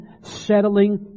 Settling